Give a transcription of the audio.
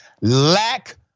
lack